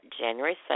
January